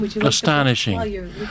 astonishing